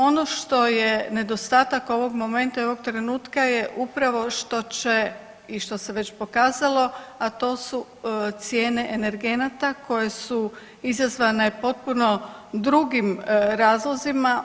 Ono što je nedostatak ovog momenta i ovog trenutka je upravo što će i što se već pokazalo, a to su cijene energenata koje su izazvane potpuno drugim razlozima.